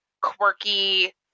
quirky